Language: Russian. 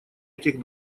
этих